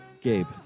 Gabe